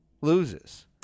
loses